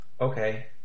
Okay